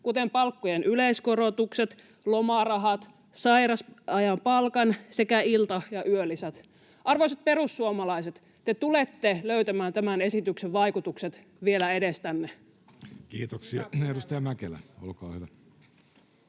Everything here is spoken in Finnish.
kuten palkkojen yleiskorotukset, lomarahat, sairausajan palkan sekä ilta- ja yölisät. Arvoisat perussuomalaiset, te tulette löytämään tämän esityksen vaikutukset vielä edestänne. [Speech 25] Speaker: Jussi